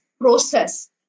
process